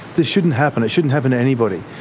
this shouldn't happen. it shouldn't happen to anybody.